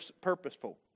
purposeful